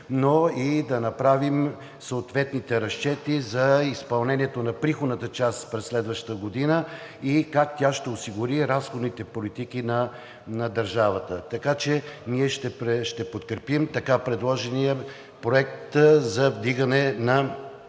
но и да направим съответните разчети за изпълнението на приходната част през следваща година и как тя ще осигури разходните политики на държавата. Така че ние ще подкрепим така предложения проект за вдигане на